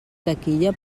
taquilla